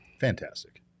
Fantastic